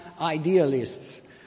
idealists